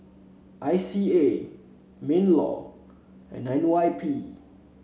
I C A Minlaw and N Y P